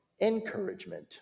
encouragement